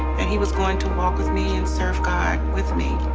and he was going to walk with me and serve god with me,